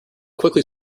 quickly